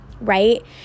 right